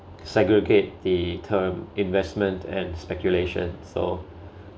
segregate the term investment and speculation so